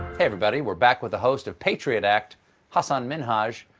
everybody, we're back with the host of patriot act hasan minhaj.